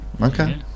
okay